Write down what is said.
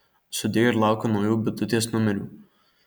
sudie ir laukiu naujų bitutės numerių